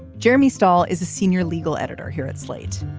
jeremy stall is a senior legal editor here at slate